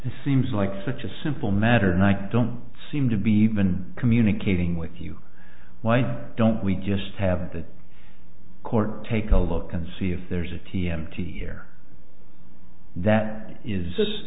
case seems like such a simple matter and i don't seem to be been communicating with you why don't we just have the court take a look and see if there's a t m t here that is